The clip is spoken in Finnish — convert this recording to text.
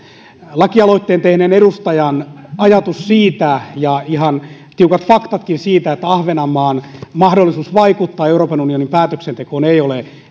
lakialoitteen tehneen edustajan ajatus ja ihan tiukat faktatkin siitä että ahvenanmaan mahdollisuus vaikuttaa euroopan unionin päätöksentekoon ei ole